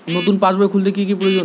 নতুন পাশবই খুলতে কি কি প্রয়োজন?